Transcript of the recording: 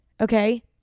okay